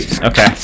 Okay